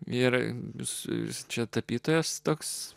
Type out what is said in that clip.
vyrai jūs čia tapytojas toks